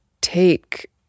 take